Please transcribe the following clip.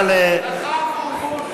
לך בוז.